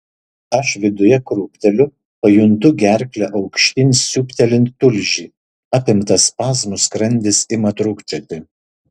aš viduje krūpteliu pajuntu gerkle aukštyn siūbtelint tulžį apimtas spazmų skrandis ima trūkčioti